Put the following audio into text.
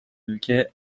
ülke